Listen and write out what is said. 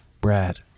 Brad